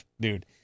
dude